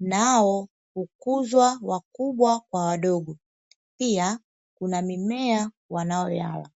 nao hukuzwa kwa wakubwa na wadogo pia kuna mimea wanayoyala.